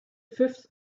fifth